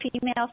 female